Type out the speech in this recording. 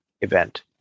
event